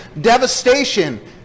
devastation